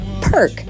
perk